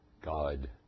God